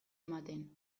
ematen